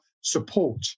support